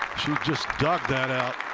just ducked that out.